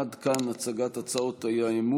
עד כאן הצגת הצעות האי-אמון.